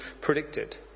predicted